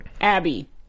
Abby